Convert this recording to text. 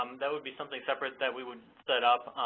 um that would be something separate that we would set up.